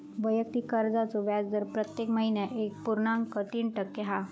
वैयक्तिक कर्जाचो व्याजदर प्रत्येक महिन्याक एक पुर्णांक तीन टक्के हा